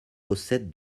possède